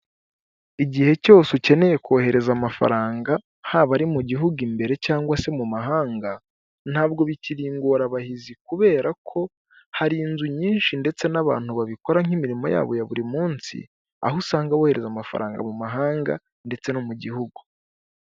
Igihe cyose ukeneye kohereza amafaranga haba ari mu gihugu imbere cyangwa se mu mahanga, ntabwo bikiri ingorabahizi kubera ko hari inzu nyinshi ndetse n'abantu babikora nk'imirimo yabo ya buri munsi aho usanga wohereza amafaranga mu mahanga ndetse no mu gihugu.